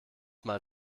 mal